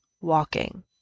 walking